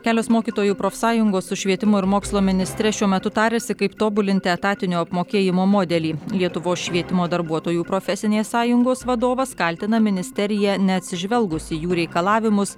kelios mokytojų profsąjungos su švietimo ir mokslo ministre šiuo metu tariasi kaip tobulinti etatinio apmokėjimo modelį lietuvos švietimo darbuotojų profesinės sąjungos vadovas kaltina ministeriją neatsižvelgus į jų reikalavimus